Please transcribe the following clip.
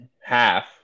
Half